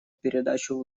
передачу